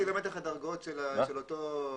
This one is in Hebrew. אבל זה לא רלוונטי איך הדרגות של אותו עובד,